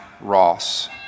Ross